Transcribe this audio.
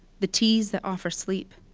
the teas that offer sleep?